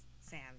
Sam